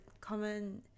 common